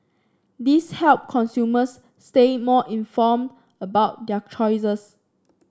this help consumers stay more inform about their choices